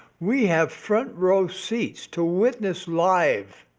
we have front-row so seats to witness live